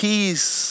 Peace